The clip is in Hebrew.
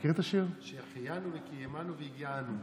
שהחיינו וקיימנו והגיענו.